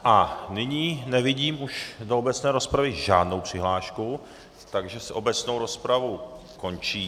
A nyní nevidím už do obecné rozpravy žádnou přihlášku, takže obecnou rozpravu končím.